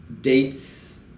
dates